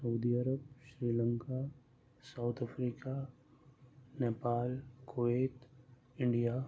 Saudi Arab Sri Lanka South Africa Nepal Kuwait India